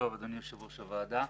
אם יעשו שינוי ברפורמה,